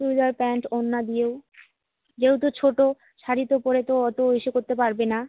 churidar pant ওড়না দিয়েও যেহেতু ছোটো শাড়ি তো পরে তো অত ইসে করতে পারবে না